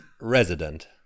Resident